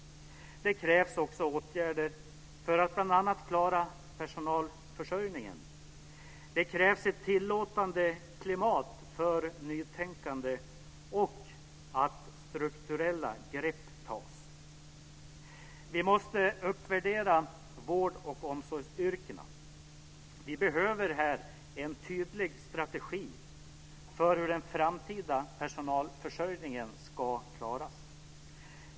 Det krävs också åtgärder för att bl.a. klara personalförsörjningen. Det krävs ett tillåtande klimat för nytänkande och att strukturella grepp tas. Vi måste uppvärdera vård och omsorgsyrkena. Vi behöver en tydlig strategi för hur den framtida personalförsörjningen ska klaras.